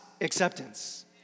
acceptance